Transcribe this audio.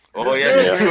oh, yeah